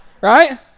right